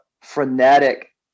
frenetic